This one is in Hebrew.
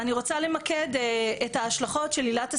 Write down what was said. ואני רוצה למקד את ההשלכות של עילת הסבירות,